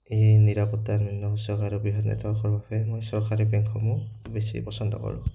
এই নিৰাপত্তা নিম্ন সুচক আৰু বৃহৎ নিম্ন সুচকৰ বাবে মই চৰকাৰী বেংকসমূহ বেছি পচন্দ কৰোঁ